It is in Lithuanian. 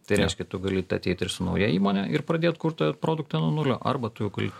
tai reiškia tu galit ateit ir su nauja įmone ir pradėt kurt produktą nuo nulio arba tu jau gali